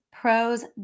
pros